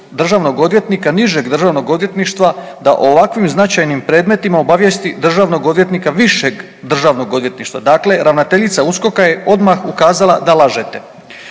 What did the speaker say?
državnog odvjetnika nižeg državnog odvjetništva da o ovakvim značajnim predmetima obavijesti državnog odvjetnika višeg državnog odvjetništva. Dakle, ravnateljica USKOK-a je odmah ukazala da lažete.